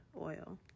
oil